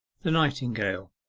the nightingale.